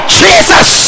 jesus